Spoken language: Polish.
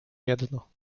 jedno